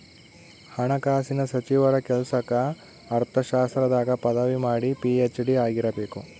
ಹಣಕಾಸಿನ ಸಚಿವರ ಕೆಲ್ಸಕ್ಕ ಅರ್ಥಶಾಸ್ತ್ರದಾಗ ಪದವಿ ಮಾಡಿ ಪಿ.ಹೆಚ್.ಡಿ ಆಗಿರಬೇಕು